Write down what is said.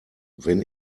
wenn